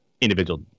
individual